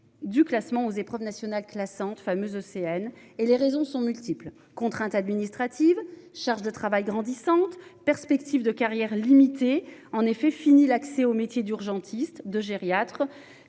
du classement aux épreuves nationales classantes, fameuse au CN et les raisons sont multiples contraintes administratives, charge de travail grandissante perspectives de carrière limité en effet fini l'accès au métier d'urgentiste de gériatres,